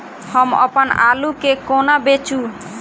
हम अप्पन आलु केँ कोना बेचू?